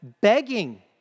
begging